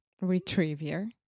retriever